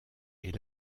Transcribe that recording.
est